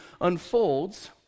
unfolds